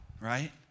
right